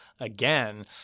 again